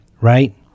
right